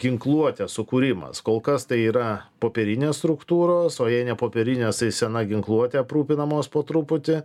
ginkluote sukūrimas kol kas tai yra popierinės struktūros o jei ne popierinės tai sena ginkluote aprūpinamos po truputį